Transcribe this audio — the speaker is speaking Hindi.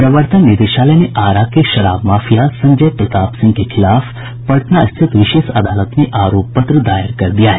प्रवर्तन निदेशालय ने आरा के शराब माफिया संजय प्रताप सिंह के खिलाफ पटना स्थित विशेष अदालत में आरोप पत्र दायर कर दिया है